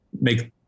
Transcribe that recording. make